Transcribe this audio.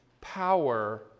power